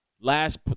Last